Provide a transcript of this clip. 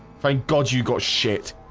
thank god you got shit